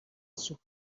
sucho